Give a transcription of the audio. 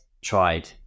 tried